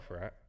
right